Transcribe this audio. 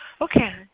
Okay